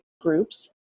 groups